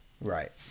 Right